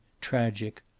tragic